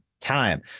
time